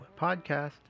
podcast